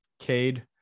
Cade